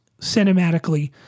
cinematically